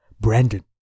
Brandon